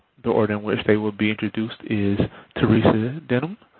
the order in which they will be introduced is theresa denham,